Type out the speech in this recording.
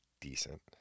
decent